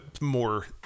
more